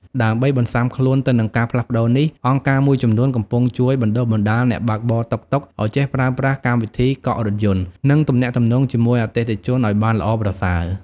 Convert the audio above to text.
ដើម្បីបន្សាំខ្លួនទៅនឹងការផ្លាស់ប្ដូរនេះ អង្គការមួយចំនួនកំពុងជួយ បណ្ដុះបណ្ដាល អ្នកបើកបរតុកតុកឱ្យចេះប្រើប្រាស់កម្មវិធីកក់រថយន្ត និងទំនាក់ទំនងជាមួយអតិថិជនឱ្យបានល្អប្រសើរ។